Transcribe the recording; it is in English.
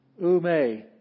Ume